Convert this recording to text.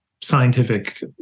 scientific